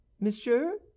monsieur